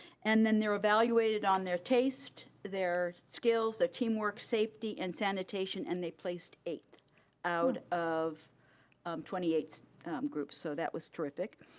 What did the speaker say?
and then they're evaluated on their taste, their skills, their teamwork, safety, and sanitation, and they placed eighth out of um twenty eight groups, so that was terrific.